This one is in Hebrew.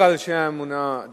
הוא לא מדבר על אנשי אמונה יהודים.